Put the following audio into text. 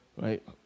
Right